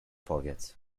powiedz